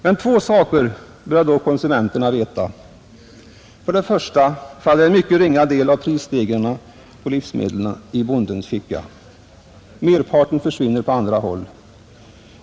Men två saker bör då konsumenterna veta: För det första faller en mycket ringa del av prisstegringarna på livsmedlen i bondens ficka — merparten försvinner på andra håll.